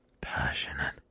passionate